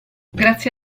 grazie